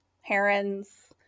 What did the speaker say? herons